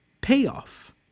payoff